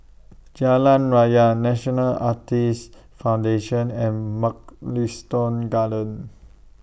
Jalan Raya National Arthritis Foundation and Mugliston Gardens